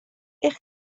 eich